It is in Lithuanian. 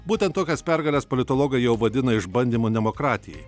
būtent tokias pergales politologai jau vadina išbandymu demokratijai